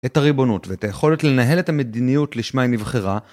את הריבונות ואת היכולת לנהל את המדיניות לשמה נבחרה.